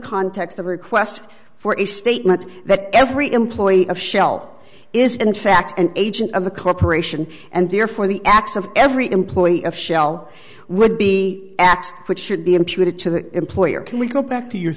context of a request for a statement that every employee of shell is in fact an agent of the corporation and therefore the acts of every employee of shell would be acts which should be imputed to the employer can we go back to your